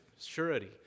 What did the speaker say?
surety